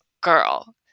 girl